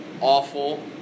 awful